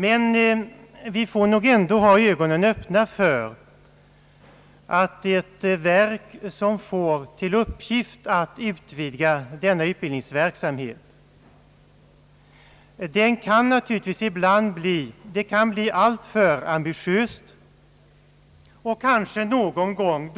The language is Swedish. Men vi får nog ändå ha ögonen öppna för att ett ämbetsverk som får till uppgift att utvidga denna utbildningsverksamhet kan göra det alltför ambitiöst och kanske någon gång